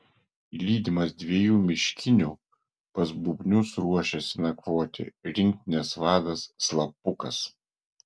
lydimas dviejų miškinių pas bubnius ruošiasi nakvoti rinktinės vadas slapukas